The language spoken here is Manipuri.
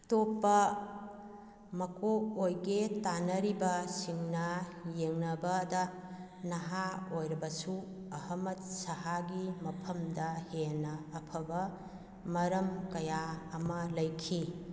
ꯑꯇꯣꯞꯄ ꯃꯀꯣꯛ ꯑꯣꯏꯒꯦ ꯇꯥꯟꯅꯔꯤꯕꯁꯤꯡꯅ ꯌꯦꯡꯅꯕꯗ ꯅꯍꯥ ꯑꯣꯏꯔꯕꯁꯨ ꯑꯍꯃꯠ ꯁꯍꯥꯒꯤ ꯃꯐꯝꯗ ꯍꯦꯟꯅ ꯑꯐꯕ ꯃꯔꯝ ꯀꯌꯥ ꯑꯃ ꯂꯩꯈꯤ